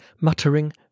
muttering